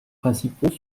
principaux